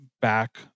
back